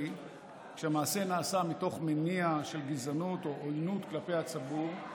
נעשה מתוך מניע של גזענות או עוינות כלפי הציבור,